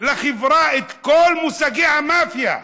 לחברה את כל מושגי המאפיה?